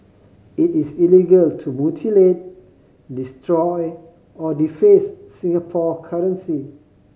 it is illegal to mutilate destroy or deface Singapore currency